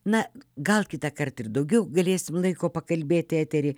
na gal kitąkart ir daugiau galėsim laiko pakalbėti etery